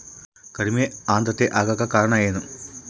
ಕಡಿಮೆ ಆಂದ್ರತೆ ಆಗಕ ಕಾರಣ ಏನು?